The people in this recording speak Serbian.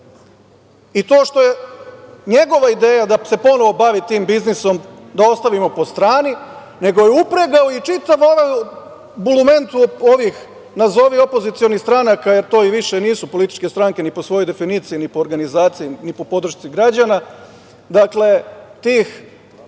To što je njegova ideja da se ponovo bavi tim biznisom da ostavimo po strani, nego je upregao i čitavu bulumentu, nazovi, opozicionih stranaka, jer to i više nisu političke stranke ni po svojoj definiciji, ni po organizaciji, ni po podršci građana, tih